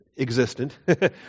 existent